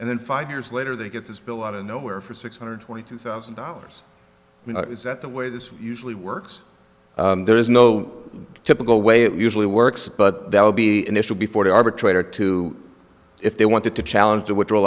and then five years later they get this bill out of nowhere for six hundred twenty two thousand dollars is that the way this usually works there is no typical way it usually works but that would be initial before the arbitrator to if they wanted to challenge the withdraw